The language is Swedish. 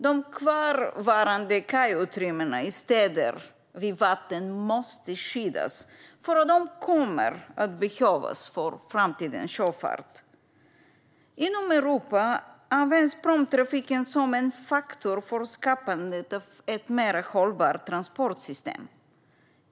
De kvarvarande kajutrymmena i städer vid vatten måste skyddas; de kommer att behövas för framtidens sjöfart. Inom Europa används pråmtrafiken som en faktor för skapandet av ett mer hållbart transportsystem.